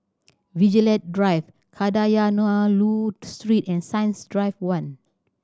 Vigilante Drive Kadayanallur Street and Science Drive One